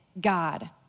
God